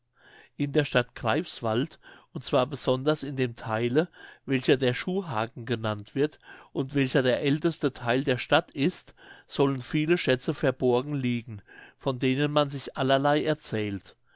in der stadt greifswald und zwar besonders in dem theile welcher der schuhhagen genannt wird und welcher der älteste theil der stadt ist sollen viele schätze verborgen liegen von denen man sich allerlei erzählt